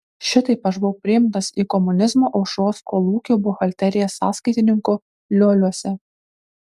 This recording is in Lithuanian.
šitaip aš buvau priimtas į komunizmo aušros kolūkio buhalteriją sąskaitininku lioliuose